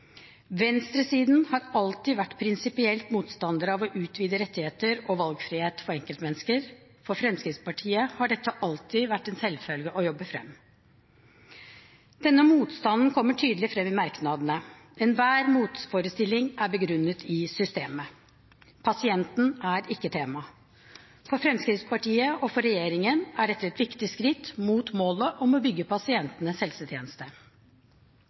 Venstresiden har alltid vært prinsipiell motstander av å utvide rettigheter og valgfrihet for enkeltmennesker. For Fremskrittspartiet har dette alltid vært en selvfølge å jobbe fram. Denne motstanden kommer tydelig fram i merknadene. Enhver motforestilling er begrunnet i systemet. Pasienten er ikke tema. For Fremskrittspartiet og regjeringen er dette et viktig skritt mot målet om å bygge